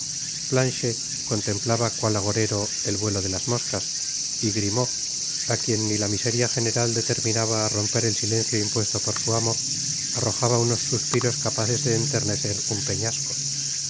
planchet contemplaba cual agorero el vuelo de las moscas y grimaud á quien ni la miseria general determinaba á romper el silencio impuesto por su amo arrojaba unos suspiros capaces de enternecer un peñasco